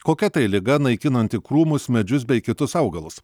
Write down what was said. kokia tai liga naikinanti krūmus medžius bei kitus augalus